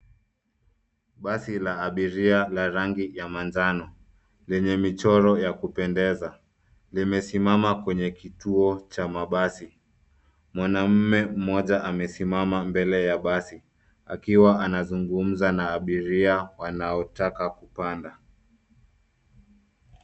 Basi la abiria la rangi ya manjano lenye michoro ya kupendeza limesimama kwenye kituo cha mabasi. Mwanamume mmoja amesimama mbele ya basi, akiwa anazungumza na abiria wanaotaka kupanda.